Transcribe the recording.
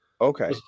okay